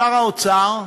שר האוצר,